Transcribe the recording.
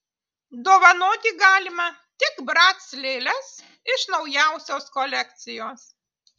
dovanoti galima tik brac lėles iš naujausios kolekcijos